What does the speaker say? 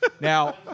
Now